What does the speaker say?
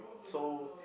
so